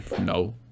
No